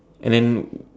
and then